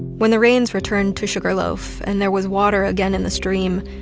when the rains returned to sugarloaf, and there was water again in the stream,